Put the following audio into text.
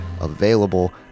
available